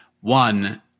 One